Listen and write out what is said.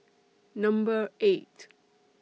Number eight